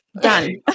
Done